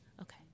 Okay